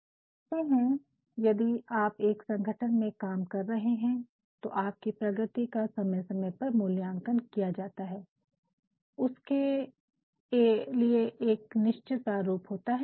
आप देखते है यदि आप एक संगठन में काम कर रहे है तो आपकी प्रगति का समय समय पर मूल्यांकन किया जाता है उसके लिए एक निश्चित प्रारूप होता है